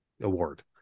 award